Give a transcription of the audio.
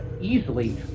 easily